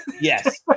Yes